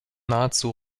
nahezu